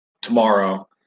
tomorrow